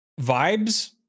vibes